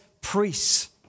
priests